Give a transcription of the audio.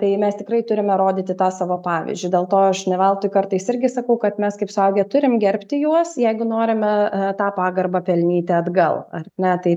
tai mes tikrai turime rodyti tą savo pavyzdžiu dėl to aš ne veltui kartais irgi sakau kad mes kaip suaugę turim gerbti juos jeigu norime tą pagarbą pelnyti atgal ar ne tai